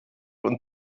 und